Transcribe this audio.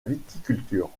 viticulture